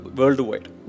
worldwide